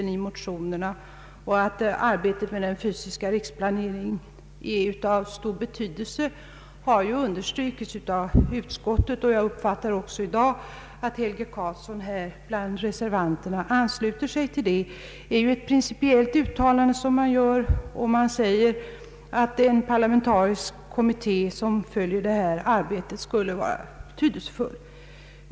Utskottet har ju understrukit att arbetet med den fysiska riksplaneringen är av stor betydelse. Jag uppfattar i dag att herr Helge Karlsson bland reservanterna ansluter sig härtill. I ett principiellt uttalande förklarar utskottet att det vore betydelsefullt med en parlamentarisk kommitté som följde planeringsarbetet.